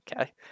Okay